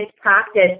practice